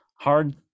hard